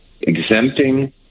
exempting